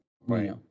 Right